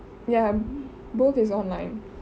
ya both is online